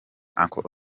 uncle